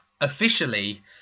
officially